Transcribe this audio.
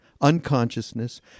unconsciousness